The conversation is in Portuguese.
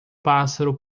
pássaro